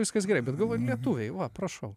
viskas gerai bet galvoju lietuviai va prašau